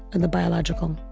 and the biological.